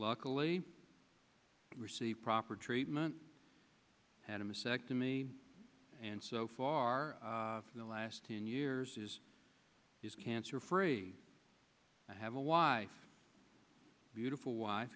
luckily receive proper treatment had a msec to me and so far in the last ten years is cancer free i have a wife beautiful wife